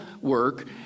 work